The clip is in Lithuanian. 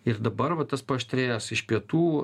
ir dabar va tas paaštrėjęs iš pietų